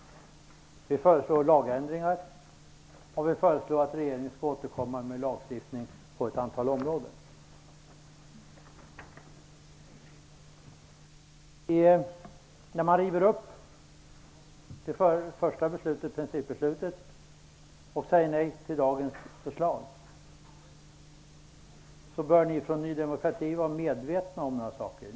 Vi föreslår lagändringar, och vi föreslår att regeringen skall återkomma med lagstiftning på ett antal områden. När man river upp det första beslutet, principbeslutet, och säger nej till dagens förslag, bör ni från Ny demokrati vara medvetna om några saker.